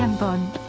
and been